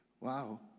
Wow